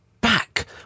back